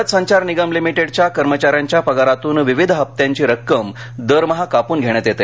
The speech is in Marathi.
भारत संचार निगम लिमिटेडच्या कर्मचाऱ्यांच्या पगारातून विविध हप्त्यांची रक्कम दरमहा कापून घेण्यात येते